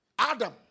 Adam